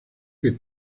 que